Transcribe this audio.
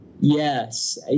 Yes